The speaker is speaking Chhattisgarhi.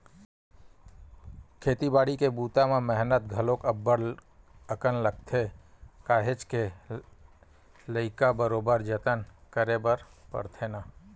खेती बाड़ी के बूता म मेहनत घलोक अब्ब्ड़ अकन लगथे काहेच के लइका बरोबर जतन करे बर परथे ना